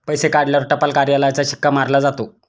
पैसे काढल्यावर टपाल कार्यालयाचा शिक्का मारला जातो